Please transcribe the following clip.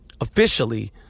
officially